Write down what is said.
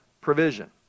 provision